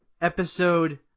episode